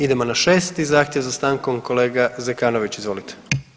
Idemo na 6. zahtjev za stankom, kolega Zekanović izvolite.